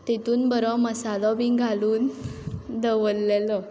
तेतून बरो मसालो बीन घालून दवल्लेलो